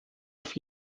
auf